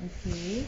okay